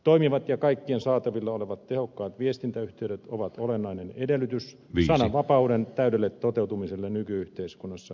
toimivat ja kaikkien saatavilla olevat tehokkaat viestintäyhteydet ovat olennainen edellytys sananvapauden täydelle toteutumiselle nyky yhteiskunnassa